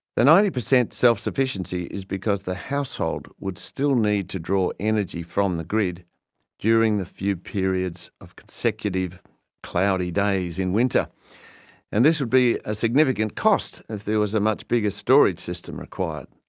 the ninety per cent self sufficiency is because the household would still need to draw energy from the grid during the few periods of consecutive cloudy days in winter and this would be a significant cost if there was a much bigger storage system required.